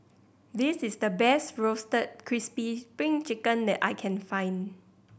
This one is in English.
this is the best Roasted Crispy Spring Chicken that I can find